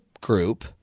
group